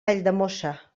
valldemossa